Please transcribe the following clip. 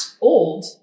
old